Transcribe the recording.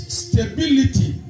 stability